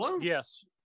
yes